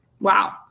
Wow